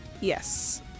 Yes